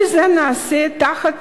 כל זה נעשה תחת